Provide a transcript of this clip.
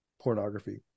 pornography